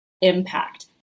impact